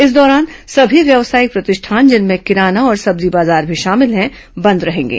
इस दौरान सभी व्यावसायिक प्रतिष्ठान जिनमें किराना और सब्जी बाजार भी शामिल हैं बंद रहेंगे